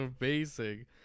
amazing